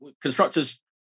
constructors